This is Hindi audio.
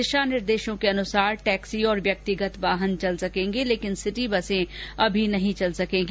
दिशा निर्देशों के अनुसार टैक्सी और व्यक्तिगत वाहन चल सकेंगें लेकिन सिटी बसे अभी नहीं चलेगी